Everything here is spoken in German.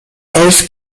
elf